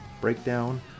breakdown